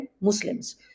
Muslims